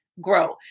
grow